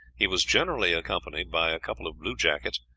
he was generally accompanied by a couple of bluejackets,